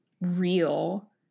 real